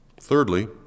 Thirdly